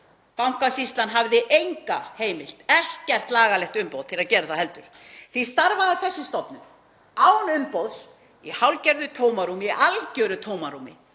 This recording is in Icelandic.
Bankasýslan hafði enga heimild, ekkert lagalegt umboð til að gera það heldur. Því starfaði þessi stofnun án umboðs í hálfgerðu tómarúmi — í algeru tómarúmi